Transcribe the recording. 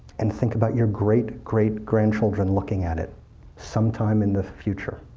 and think about your great great grandchildren looking at it some time in the future.